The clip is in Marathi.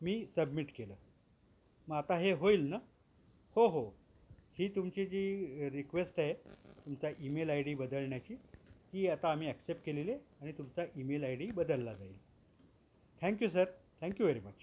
मी सबमिट केलं मग आता हे होईल ना हो हो ही तुमची जी रिक्वेस्ट आहे तुमचा ईमेल आय डी बदलण्याची ती आता आम्ही ॲक्सेप्ट केलेली आणि तुमचा ईमेल आय डी बदलला जाईल thank you sir thank you very much